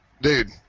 dude